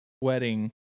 wedding